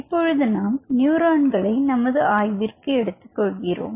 இப்பொழுது நாம் நியூரான்களை நமது ஆய்விற்கு எடுத்துக் கொள்கிறோம்